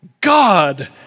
God